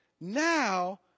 now